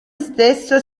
stesso